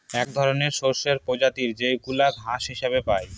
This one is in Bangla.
এক ধরনের শস্যের প্রজাতি যেইগুলা ঘাস হিসেবে পাই